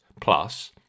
plus